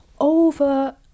over